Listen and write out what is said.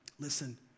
Listen